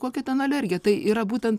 kokia ten alergija tai yra būtent